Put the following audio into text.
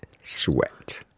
Sweat